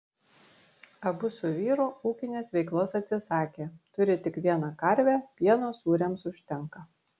abu su vyru ūkinės veiklos atsisakė turi tik vieną karvę pieno sūriams užtenka